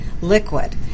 liquid